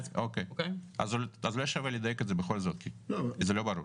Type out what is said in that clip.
אז אולי שווה לדייק את זה בכל זאת, כי זה לא ברור.